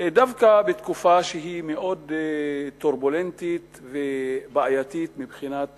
דווקא בתקופה שהיא מאוד טורבולנטית ובעייתית מבחינת